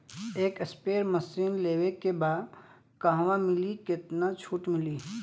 एक spray machine लेवे के बा कहवा मिली केतना छूट मिली?